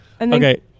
Okay